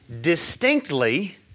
distinctly